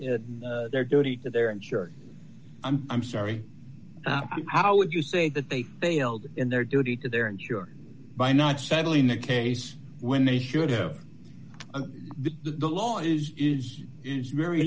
in their duty to their insurer i'm sorry how would you say that they failed in their duty to their insurance by not settling the case when they should have been the law is is is very